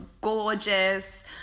gorgeous